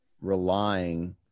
relying